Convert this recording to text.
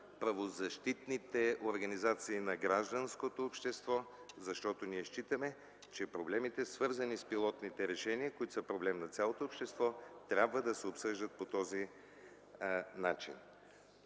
правозащитните организации на гражданското общество, защото ние считаме, че проблемите свързани с пилотните решения, които са проблем на цялото общество, трябва да се обсъждат по този начин.